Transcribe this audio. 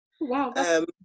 wow